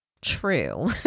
true